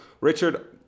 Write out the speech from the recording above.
richard